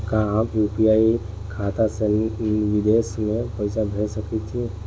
का हम यू.पी.आई खाता से विदेश म पईसा भेज सकिला?